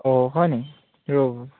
অঁ হয়নে ৰ'ব